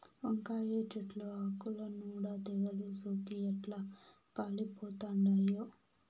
వంకాయ చెట్లు ఆకుల నూడ తెగలు సోకి ఎట్లా పాలిపోతండామో